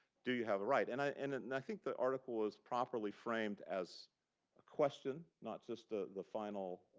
do you have a right? and i and and and i think the article is properly framed as a question, not just the the final